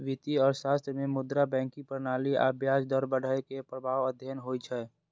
वित्तीय अर्थशास्त्र मे मुद्रा, बैंकिंग प्रणाली आ ब्याज दर बढ़ै के प्रभाव अध्ययन होइ छै